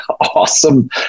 awesome